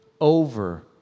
over